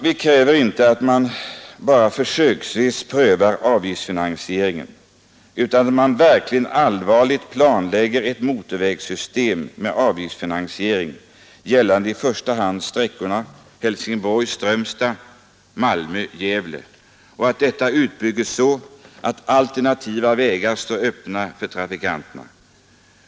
Vi kräver inte bara att man försöksvis prövar avgiftsfinansieringen utan att man verkligen allvarligt planlägger ett motorvägs system med avgiftsfinansiering, gällande i första hand sträckorna Helsingborg—Strömstad samt Malmö—Gävle och att detta system utbyggs så att alternativa vägar står öppna för trafikanterna.